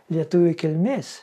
lietuvių kilmės